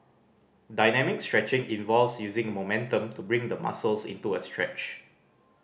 dynamic stretching involves using momentum to bring the muscles into a stretch